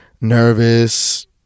nervous